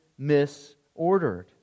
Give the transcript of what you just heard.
misordered